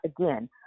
Again